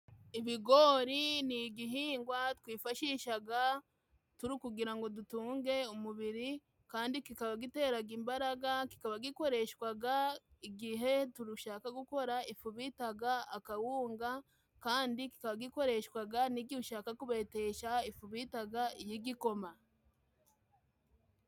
Ibigori ni igihingwa twifashishaga turi kugira ngo dutunge umubiri kandi kikaba giteraga imbaraga gikoreshwaga igihe turigushaka gukora ifu bitaga akawunga kandi kagikoreshwaga nigihe ushaka kubetesha ifu bitaga iyigikoma.